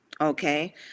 okay